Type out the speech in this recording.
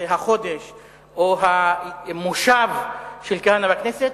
זה החודש או המושב של כהנא בכנסת,